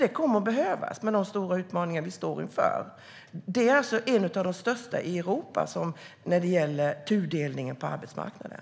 Det kommer att behövas med de stora utmaningar vi står inför - bland de största utmaningarna i Europa när det gäller tudelningen på arbetsmarknaden.